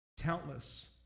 countless